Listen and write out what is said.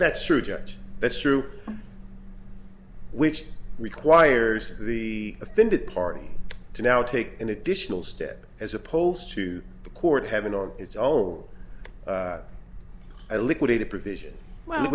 that's true judge that's true which requires the offended party to now take an additional step as opposed to the court having on its own i liquidated provision well